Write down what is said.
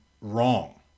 wrong